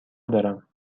دارم